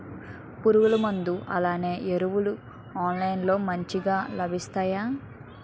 పురుగు మందులు అలానే ఎరువులు ఆన్లైన్ లో మంచిగా లభిస్తాయ?